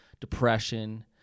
depression